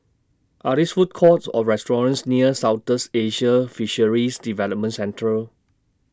Are These Food Courts Or restaurants near Southeast Asian Fisheries Development Centre